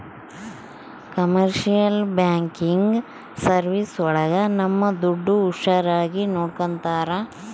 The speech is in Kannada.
ಕಮರ್ಶಿಯಲ್ ಬ್ಯಾಂಕಿಂಗ್ ಸರ್ವೀಸ್ ಒಳಗ ನಮ್ ದುಡ್ಡು ಹುಷಾರಾಗಿ ನೋಡ್ಕೋತರ